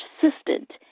persistent